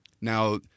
Now